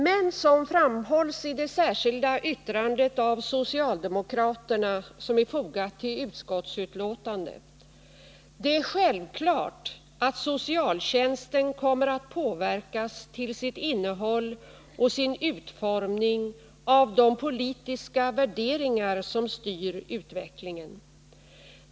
Men — som framhålls i det särskilda yttrandet som socialdemokraterna fogat till utskottsbetänkandet — det är självklart, att socialtjänsten kommer att påverkas till sitt innehåll och sin utformning av de politiska värderingar som styr utvecklingen.